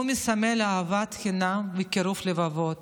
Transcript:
והוא מסמל אהבת חינם וקירוב לבבות.